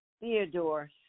Theodore